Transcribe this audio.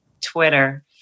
Twitter